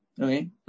okay